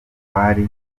twari